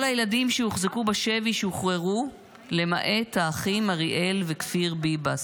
כל הילדים שהוחזקו בשבי שוחררו למעט האחים אריאל וכפיר ביבס,